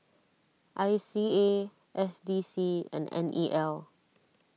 I C A S D C and N E L